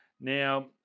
Now